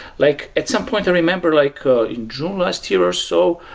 like at some point i remember like in june last year or so,